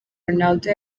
ronaldo